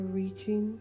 reaching